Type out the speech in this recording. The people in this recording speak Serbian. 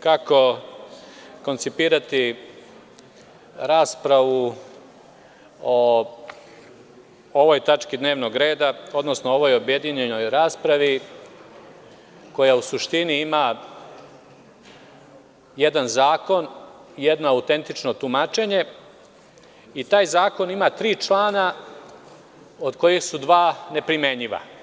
kako koncipirati raspravu o ovoj tački dnevnog reda, odnosno o ovoj objedinjenoj raspravi koja u suštini ima jedan zakon, jedno autentično tumačenje i taj zakon imam tri člana od kojih su dva neprimenjiva.